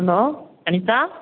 hello Anitha